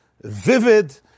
vivid